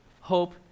hope